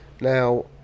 Now